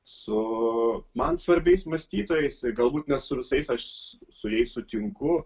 su man svarbiais mąstytojais galbūt ne su visais aš su jais sutinku